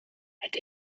het